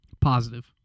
Positive